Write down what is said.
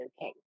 okay